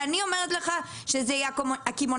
ואני אומרת לך שזה הקמעונאים,